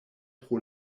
pro